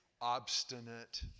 obstinate